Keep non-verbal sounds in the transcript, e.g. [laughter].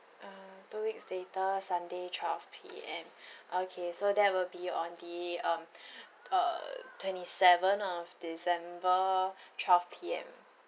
ah two weeks later sunday twelve P_M [breath] okay so that will be on the um [breath] uh twenty seventh of december twelve P_M